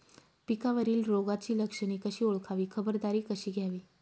पिकावरील रोगाची लक्षणे कशी ओळखावी, खबरदारी कशी घ्यावी?